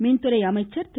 மின்துறை அமைச்சர் திரு